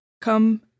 come